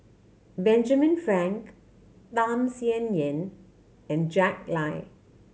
Benjamin Frank Tham Sien Yen and Jack Lai